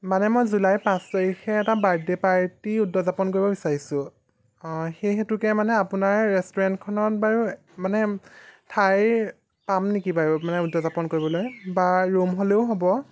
মানে মই জুলাইৰ পাঁচ তাৰিছে এটা বাৰ্থডে' পাৰ্টি উদযাপন কৰিব বিচাৰিছোঁ অঁ সেই হেতুকে মানে আপোনাৰ ৰেষ্টুৰেণ্টখনত বাৰু মানে ঠাই পাম নেকি বাৰু মানে উদযাপন কৰিবলৈ বা ৰুম হ'লেও হ'ব